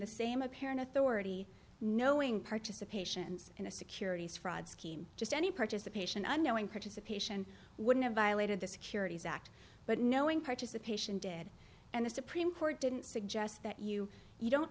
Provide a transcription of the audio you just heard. the same apparent authority knowing participation in a securities fraud scheme just any participation unknowing participation would have violated the securities act but knowing participation did and the supreme court didn't suggest that you you don't